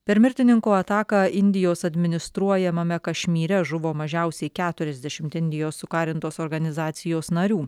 per mirtininko ataką indijos administruojamame kašmyre žuvo mažiausiai keturiasdešimt indijos sukarintos organizacijos narių